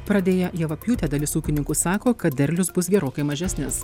pradėję javapjūtę dalis ūkininkų sako kad derlius bus gerokai mažesnis